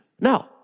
No